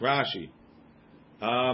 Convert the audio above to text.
Rashi